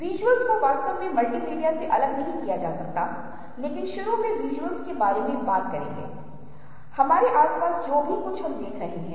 यदि आप यहाँ पर इस छवि को देख रहे हैं तो आप पाते हैं कि यहाँ पर एक लैंप पोस्ट है यहाँ पर उससे छोटा एक और लैंप पोस्ट है उससे भी छोटा लैंप पोस्ट यहाँ है एक और लैंप पोस्ट है जो संभवतः इसके समानांतर है